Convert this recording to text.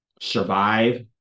survive